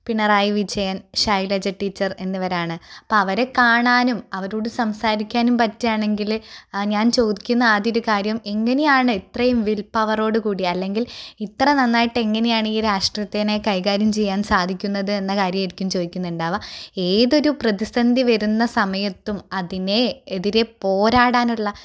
Pinarayi Vijayan Shailaja teacher എന്നിവരാണ് അപ്പോൾ അവരെ കാണാനും അവരോട് സംസാരിക്കാനും പറ്റുവാണെങ്കില് ഞാന് ചോദിക്കുന്ന ആദ്യത്തെ കാര്യം എങ്ങനെയാണ് ഇത്രയും വില് പവറോട് കൂടി അല്ലെങ്കില് ഇത്ര നന്നായിട്ടെങ്ങനെയാണ് ഈ രാഷ്ട്രീയത്തിനെ കൈകാര്യം ചെയ്യാന് സാധിക്കുന്നത് എന്ന കാര്യവായിരിക്കും ചോദിക്കുന്നുണ്ടാകുക ഏതൊരു പ്രതിസന്ധി വരുന്ന സമയത്തും അതിനെതിരെ പോരാടാനുള്ള